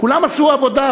כולם עשו עבודה,